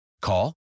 Call